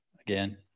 Again